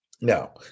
Now